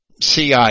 CI